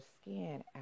skin